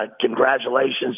congratulations